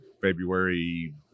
February